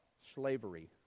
slavery